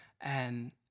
and-